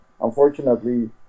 unfortunately